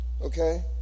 Okay